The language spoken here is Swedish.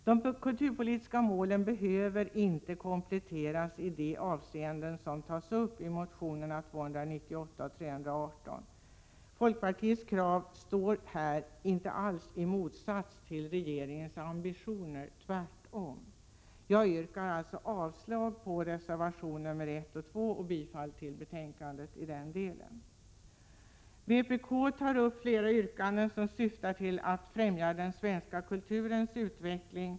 De kulturpolitiska målen behöver inte kompletteras i de avseenden som tas upp i motionerna 298 och 318. Folkpartiets krav står inte alls i motsats till regeringens ambitioner — tvärtom. Jag yrkar alltså avslag på reservationerna nr 1 och 2 och bifall till utskottets hemställan i den delen. Vpk tar upp flera yrkanden som syftar till att främja den svenska kulturens utveckling.